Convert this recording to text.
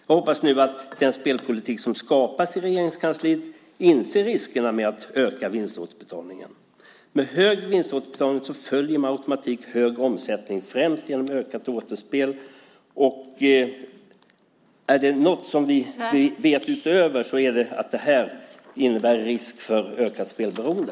Jag hoppas nu att man i den spelpolitik som skapas i Regeringskansliet inser riskerna med att öka vinståterbetalningen. Med hög vinståterbetalning följer med automatik hög omsättning främst genom ökat återspel. Är det något som vi vet är det att det innebär risk för ökat spelberoende.